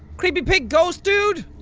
creepy pink ghost dude?